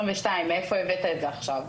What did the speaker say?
מאיפה הבאת את זה עכשיו.